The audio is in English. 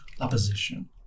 Opposition